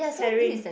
caring